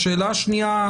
שאלה שנייה,